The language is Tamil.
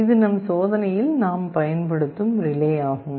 இது நம் சோதனையில் நாம் பயன்படுத்தும் ரிலே ஆகும்